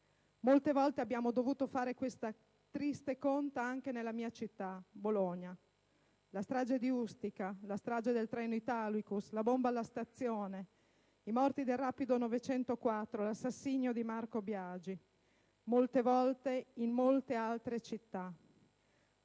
Molte volte abbiamo dovuto fare questa triste conta anche nella mia città, Bologna: la strage di Ustica, il treno Italicus, la bomba alla stazione, i morti del rapido 904, l'assassinio di Marco Biagi; molte volte in molte altre città.